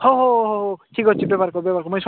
ହଉ ହଉ ହଉ ଠିକ୍ ଅଛି ମୁଇଁ